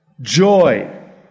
joy